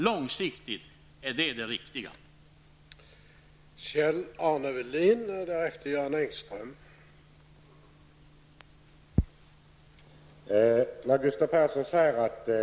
Långsiktigt är det den riktiga lösningen.